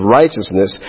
righteousness